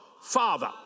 father